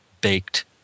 baked